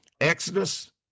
Exodus